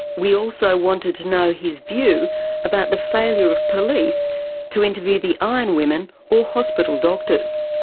we also wanted to know his view about the failure of police to interview the ironwomen or hospital doctors.